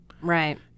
Right